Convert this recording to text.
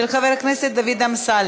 של חבר הכנסת דוד אמסלם.